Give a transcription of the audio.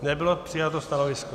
Nebylo přijato stanovisko.